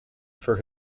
for